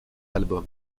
album